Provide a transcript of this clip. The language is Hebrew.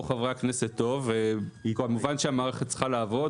חברי הכנסת טוב וכמובן המערכת צריכה לעבוד,